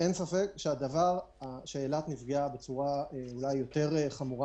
ספק שאילת נפגעה בצורה יותר חמורה